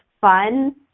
fun